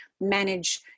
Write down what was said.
manage